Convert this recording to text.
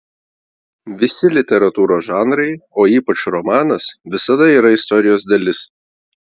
visi literatūros žanrai o ypač romanas visada yra istorijos dalis